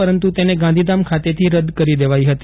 પરંતુ તેને ગાંધીધામ ખાતેથી રદ કરી દેવાઈ ફતી